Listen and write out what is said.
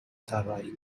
طراحی